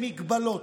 במגבלות.